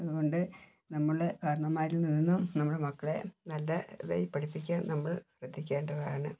അതുകൊണ്ട് നമ്മളുടെ കാരണോന്മാരിൽ നിന്നും നമ്മുടെ മക്കളെ നല്ല ഇതായി പഠിപ്പിക്കാൻ നമ്മൾ ശ്രദ്ധിക്കേണ്ടതാണ്